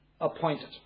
appointed